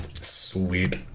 Sweet